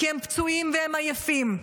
כי הם פצועים והם עייפים.